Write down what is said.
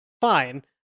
Fine